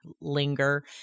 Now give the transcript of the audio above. linger